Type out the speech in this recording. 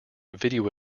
video